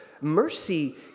mercy